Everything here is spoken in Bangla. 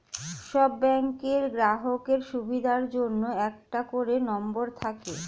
সব ব্যাংকের গ্রাহকের সুবিধার জন্য একটা করে নম্বর থাকে